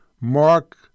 Mark